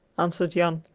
answered jan.